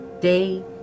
day